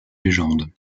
légendes